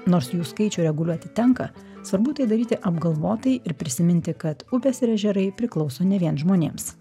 nors jų skaičių reguliuoti tenka svarbu tai daryti apgalvotai ir prisiminti kad upės ir ežerai priklauso ne vien žmonėms